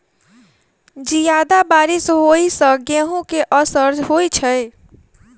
जियादा बारिश होइ सऽ गेंहूँ केँ असर होइ छै?